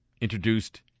introduced